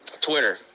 Twitter